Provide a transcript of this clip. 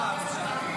חבר הכנסת קריב,